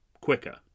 quicker